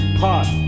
hot